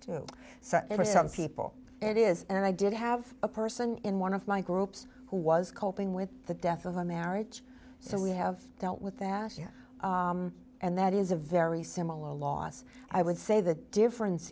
some people it is and i did have a person in one of my groups who was coping with the death of a marriage so we have dealt with that year and that is a very similar loss i would say the difference